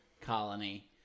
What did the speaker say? colony